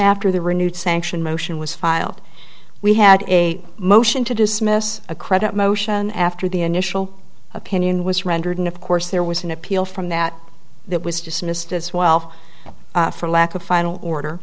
after the renewed sanction motion was filed we had a motion to dismiss a credit motion after the initial opinion was rendered and of course there was an appeal from that that was dismissed as well for lack of final order